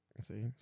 See